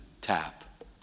tap